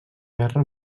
guerra